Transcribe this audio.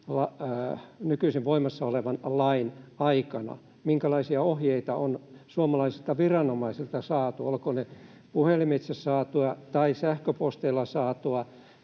nykyisen, voimassa olevan lain aikana — minkälaisia ohjeita on saatu suomalaisilta viranomaisilta, olkoot ne puhelimitse saatuja tai sähköposteilla saatuja,